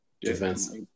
Defense